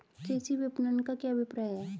कृषि विपणन का क्या अभिप्राय है?